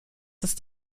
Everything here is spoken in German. ist